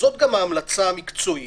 וזאת גם ההמלצה המקצועית,